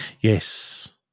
Yes